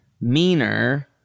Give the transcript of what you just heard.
meaner